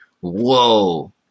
whoa